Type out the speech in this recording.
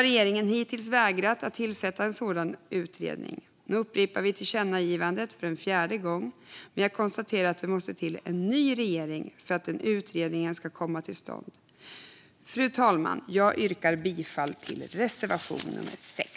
Regeringen har hittills vägrat att tillsätta en sådan utredning. Nu upprepar vi tillkännagivandet en fjärde gång, men jag konstaterar att det måste till en ny regering för att den utredningen ska komma till stånd. Fru talman! Jag yrkar bifall till reservation nummer 6.